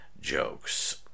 jokes